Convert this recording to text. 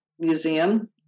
Museum